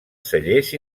cellers